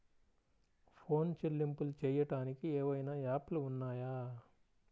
Phone చెల్లింపులు చెయ్యటానికి ఏవైనా యాప్లు ఉన్నాయా?